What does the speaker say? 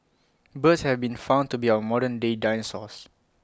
birds have been found to be our modern day dinosaurs